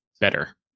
better